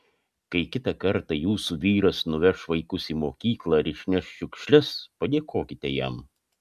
kai kitą kartą jūsų vyras nuveš vaikus į mokyklą ar išneš šiukšles padėkokite jam